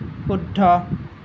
শুদ্ধ